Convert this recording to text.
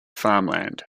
farmland